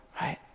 right